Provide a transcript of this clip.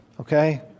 Okay